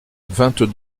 vingt